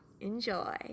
Enjoy